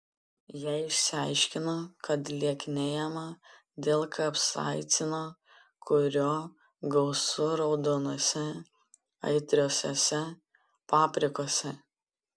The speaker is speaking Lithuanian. jie išsiaiškino kad lieknėjama dėl kapsaicino kurio gausu raudonose aitriosiose paprikose